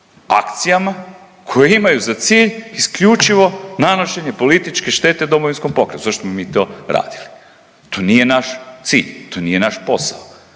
koji imaju za cilj isključivo nanošenje političke štete Domovinskom pokretu, zašto bi mi to radili? To nije naš cilj, to nije naš posao.